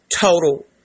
total